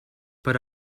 but